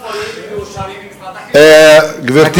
הספרים מאושרים על-ידי משרד החינוך, הוא מאשר.